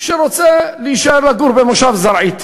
שרוצה להישאר לגור במושב זרעית,